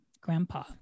Grandpa